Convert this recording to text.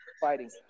fighting